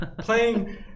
playing